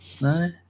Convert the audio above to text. No